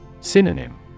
Synonym